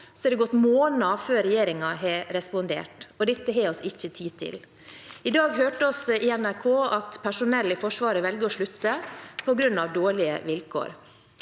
har det gått måneder før regjeringen har respondert. Dette har vi ikke tid til. I dag hørte vi i NRK at personell i Forsvaret velger å slutte på grunn av dårlige vilkår.